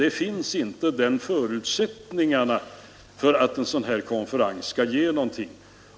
Det saknas förutsättningar för att en sådan konferens skall ge någonting.